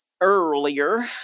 earlier